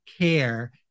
care